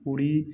पूरी